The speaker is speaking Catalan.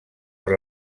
per